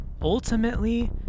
ultimately